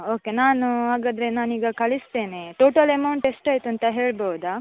okay ನಾನು ಹಾಗಾದ್ರೆ ನಾನು ಈಗ ಕಳಿಸ್ತೇನೆ ಟೋಟಲ್ ಎಮೌಂಟ್ ಎಷ್ಟಾಯ್ತು ಅಂತ ಹೇಳ್ಬೋದಾ